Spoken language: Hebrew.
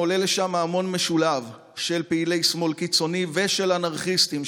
עולה לשם המון משולהב של פעילי שמאל קיצוני ושל אנרכיסטים,